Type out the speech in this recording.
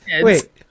Wait